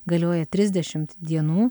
galioja trisdešimt dienų